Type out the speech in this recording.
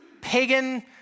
pagan